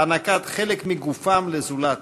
הענקת חלק מגופם לזולת,